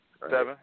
Seven